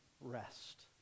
rest